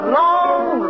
long